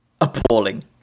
Appalling